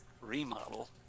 remodel